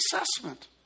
assessment